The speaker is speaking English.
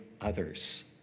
others